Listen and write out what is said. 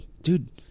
dude